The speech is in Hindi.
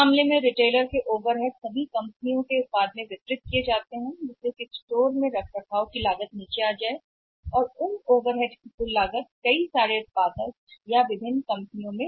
उस मामले में रिटेलर के ओवरहेड्स कई कंपनियों को वितरित किए जाते हैं ताकि रखरखाव की लागत बढ़े स्टोर नीचे आता है और उन ओवर हेड्स या उन ओवरहेड्स की लागत को पार किया जा सकता है कई निर्माताओं या विभिन्न कंपनियों